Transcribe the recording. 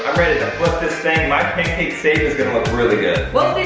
flip this thing, my pancake safe is gonna look really good. well